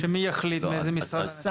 מי יחליט מאיזה משרד?